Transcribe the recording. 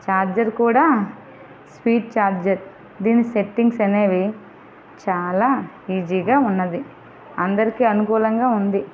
charger కూడా speed charger దీని settings అనేవి చాలా ఈజీగా ఉన్నది అందరికీ అనుకూలంగా ఉంది